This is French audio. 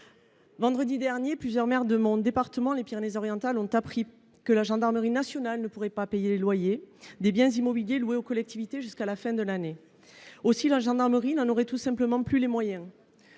vendredi dernier, plusieurs maires du département des Pyrénées Orientales, dont je suis élue, ont appris que la gendarmerie nationale ne pourrait pas payer les loyers des biens immobiliers loués aux collectivités jusqu’à la fin de l’année. Elle n’en aurait tout simplement plus les moyens.